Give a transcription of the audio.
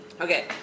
Okay